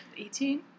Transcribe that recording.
18